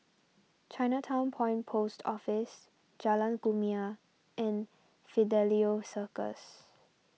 Chinatown Point Post Office Jalan Kumia and Fidelio Circus